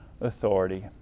authority